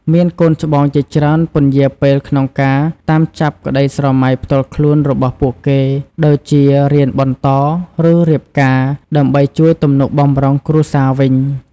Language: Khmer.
មានកូនច្បងជាច្រើន ពន្យារពេលក្នុងការតាមចាប់ក្ដីស្រមៃផ្ទាល់ខ្លួនរបស់ពួកគេដូចជា រៀនបន្ត ឬរៀបការ ដើម្បីជួយទំនុកបម្រុងគ្រួសារវិញ។